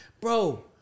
bro